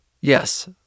Yes